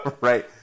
Right